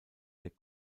der